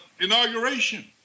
inauguration